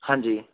ਹਾਂਜੀ